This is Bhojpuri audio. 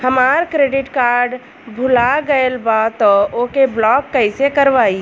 हमार क्रेडिट कार्ड भुला गएल बा त ओके ब्लॉक कइसे करवाई?